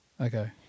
Okay